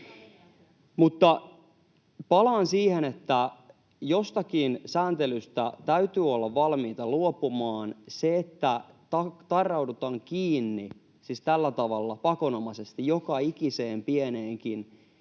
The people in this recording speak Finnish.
Mutta palaan siihen, että jostakin sääntelystä täytyy olla valmiita luopumaan. Se, että tarraudutaan kiinni tällä tavalla pakonomaisesti joka ikiseen pieneenkin